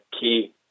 key